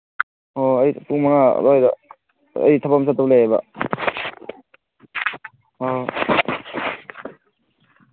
ꯑꯣ ꯑꯩ ꯄꯨꯡ ꯃꯉꯥ ꯑꯗꯨꯋꯥꯏꯗ ꯑꯩ ꯊꯕꯛ ꯑꯃ ꯆꯠꯇꯧ ꯂꯩꯌꯦꯕ ꯑꯥ